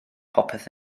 popeth